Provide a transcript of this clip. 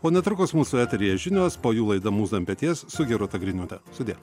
o netrukus mūsų eteryje žinios po jų laida mūza ant peties su gerūta griniūte sudie